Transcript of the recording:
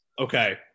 Okay